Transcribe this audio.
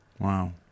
Wow